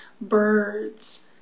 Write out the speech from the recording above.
birds